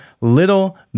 little